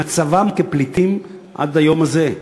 במצבם כפליטים עד היום הזה.